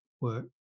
work